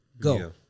Go